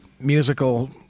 musical